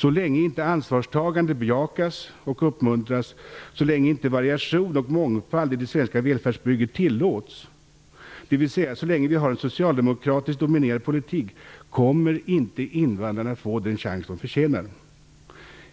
Så länge inte ansvarstagande bejakas och uppmuntras, så länge inte variation och mångfald i det svenska välfärdsbygget tillåts, dvs. så länge vi har en socialdemokratiskt dominerad politik, kommer inte invandrarna att få den chans de förtjänar.